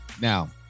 Now